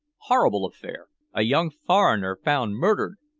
horrible affair a young foreigner found murdered.